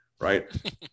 right